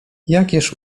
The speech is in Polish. jakież